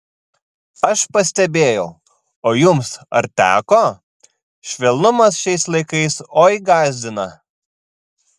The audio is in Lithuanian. aš pastebėjau o jums ar teko švelnumas šiais laikais oi gąsdina